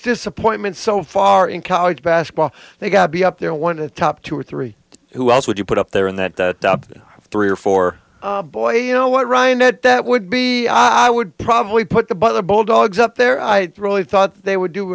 disappointment so far in college basketball they've got to be up there one of the top two or three who else would you put up there in that the top three or four boy you know what ryan at that would be i would probably put the butler bulldogs up there i really thought they would do